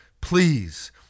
Please